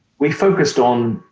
we focused on